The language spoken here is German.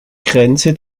grenze